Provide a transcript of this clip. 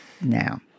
now